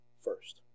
first